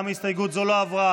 גם הסתייגות זו לא עברה.